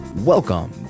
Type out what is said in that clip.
Welcome